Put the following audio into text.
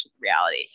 reality